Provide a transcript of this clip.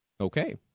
Okay